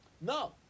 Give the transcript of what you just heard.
No